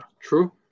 true